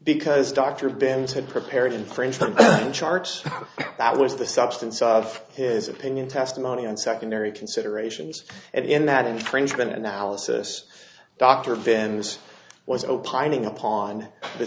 because dr benz had prepared infringement charge that was the substance of his opinion testimony and secondary considerations and in that infringement analysis dr benz was opining upon the